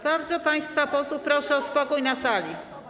Bardzo państwa posłów proszę o spokój na sali.